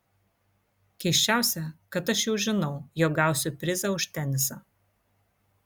keisčiausia kad aš jau žinau jog gausiu prizą už tenisą